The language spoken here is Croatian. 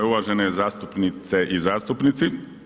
Uvažene zastupnice i zastupnici.